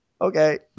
Okay